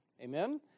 Amen